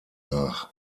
nach